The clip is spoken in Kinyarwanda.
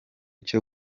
cyo